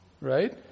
right